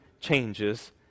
changes